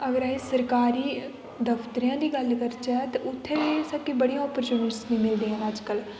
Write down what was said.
अगर अस सरकारी दफ्तरेआं दी गल्ल करचै ते उत्थें बी साढ़े कि बड़ियां अपॉर्चुनिटियां मिलदियां न अज्जकल